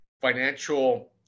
Financial